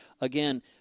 again